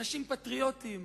אנשים פטריוטים,